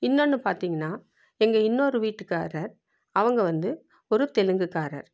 இன்னொன்று பார்த்தீங்கன்னா எங்கள் இன்னொரு வீட்டுக்காரர் அவங்க வந்து ஒரு தெலுங்குக்காரர்